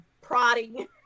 prodding